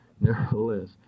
nevertheless